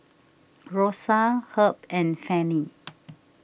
Rosa Herb and Fannie